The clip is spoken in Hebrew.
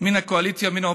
מן הקואליציה ומן האופוזיציה,